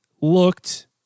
looked